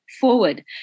Forward